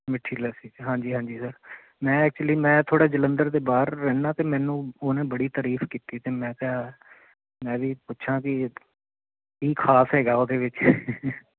ਮਿੱਠੀ ਲੱਸੀ ਹਾਂਜੀ ਹਾਂਜੀ ਸਰ ਮੈਂ ਐਕਚੁਲੀ ਮੈਂ ਥੋੜ੍ਹਾ ਜਲੰਧਰ ਦੇ ਬਾਹਰ ਰਹਿੰਦਾ ਅਤੇ ਮੈਨੂੰ ਉਹਨੇ ਬੜੀ ਤਾਰੀਫ ਕੀਤੀ ਅਤੇ ਮੈਂ ਕਿਹਾ ਮੈਂ ਵੀ ਪੁੱਛਾਂ ਵੀ ਕੀ ਖ਼ਾਸ ਹੈਗਾ ਉਹਦੇ ਵਿੱਚ